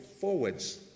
forwards